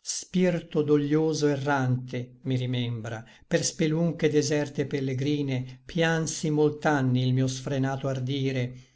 spirto doglioso errante per spelunche deserte et pellegrine piansi molt'anni il mio sfrenato ardire